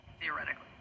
theoretically